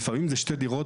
לפעמים זה שתי דירות,